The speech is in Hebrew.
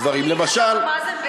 אתה תמליך את אבו מאזן בעזה?